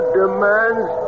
demands